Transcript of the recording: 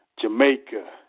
Jamaica